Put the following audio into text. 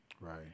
Right